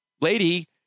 lady